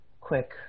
quick